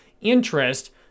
interest